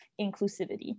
inclusivity